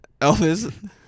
Elvis